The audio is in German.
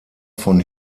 von